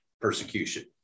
persecution